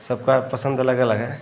सबका पसंद अलग अलग है